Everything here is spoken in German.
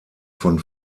von